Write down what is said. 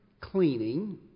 cleaning